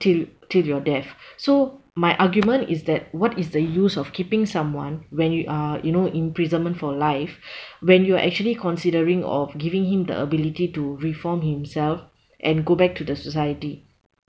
till till your death so my argument is that what is the use of keeping someone when uh you know imprisonment for life when you are actually considering of giving him the ability to reform himself and go back to the society